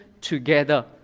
together